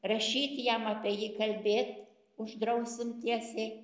rašyt jam apie jį kalbėt uždrausim tiesiai